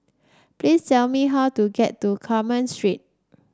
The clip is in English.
please tell me how to get to Carmen Street